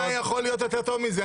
מה יכול להיות יותר טוב מזה?